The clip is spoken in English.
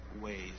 ways